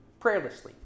prayerlessly